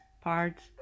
parts